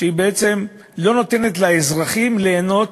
שהיא בעצם לא נותנת לאזרחים ליהנות